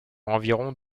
environ